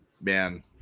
man